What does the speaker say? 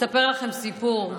אספר לכם סיפור.